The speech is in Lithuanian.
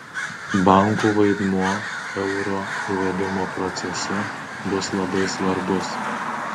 bankų vaidmuo euro įvedimo procese bus labai svarbus